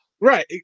Right